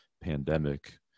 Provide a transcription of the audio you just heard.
pandemic